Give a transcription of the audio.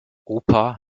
opa